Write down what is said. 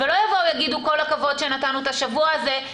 ולא יגידו: כל הכבוד שנתנו את השבוע הזה,